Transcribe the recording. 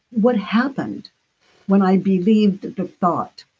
what happened when i believed the thought